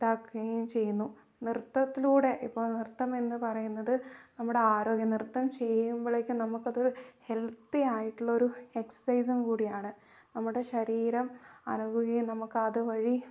ഇതാക്കുകയും ചെയ്യുന്നു നൃത്തത്തിലൂടെ ഇപ്പോൾ നൃത്തം എന്നു പറയുന്നത് നമ്മുടെ ആരോഗ്യം നൃത്തം ചെയ്യുമ്പോഴേക്കും നമുക്ക് അതൊരു ഹെൽത്തി ആയിട്ടുള്ള ഒരു എക്സസൈസും കൂടിയാണ് നമ്മുടെ ശരീരം അനങ്ങുകയും നമുക്ക് അത് വഴി